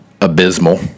abysmal